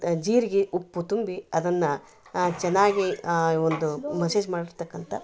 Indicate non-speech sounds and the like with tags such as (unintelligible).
ಜೀರಿಗಿ ಉಪ್ಪು ತುಂಬಿ ಅದನ್ನ ಚೆನ್ನಾಗಿ ಒಂದು (unintelligible) ಮಾಡಿರ್ತಕ್ಕಂಥ